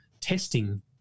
testing